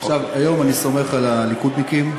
היום אני סומך על הליכודניקים,